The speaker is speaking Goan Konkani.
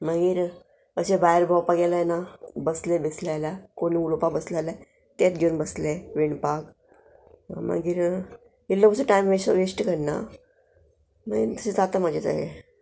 मागीर अशे भायर भोंवपाक गेल्या ना बसले बेसले जाल्यार कोणी उलोवपाक बसले जाल्यार तेंत घेवन बसले विणपाक मागीर इल्लो कसो टायम वेस्ट करना मागीर तशें जाता म्हाजे ते